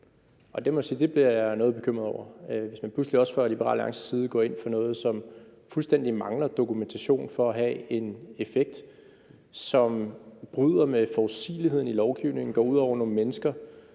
Det må jeg sige at jeg bliver noget bekymret over, hvis man pludselig også fra Liberal Alliances side går ind for noget, som man fuldstændig mangler dokumentation for har en effekt, som bryder med forudsigeligheden i lovgivningen, går ud over nogle mennesker,